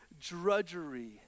drudgery